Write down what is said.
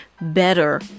Better